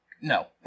no